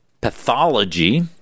pathology